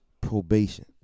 probation